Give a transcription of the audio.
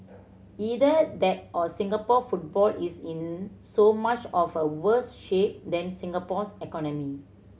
either that or Singapore football is in so much of a worse shape than Singapore's economy